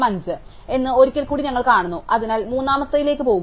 എന്ന് ഒരിക്കൽ കൂടി ഞങ്ങൾ കാണുന്നു അതിനാൽ മൂന്നാമത്തേതിലേക്ക് പോകുക